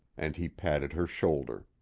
and he patted her shoulder.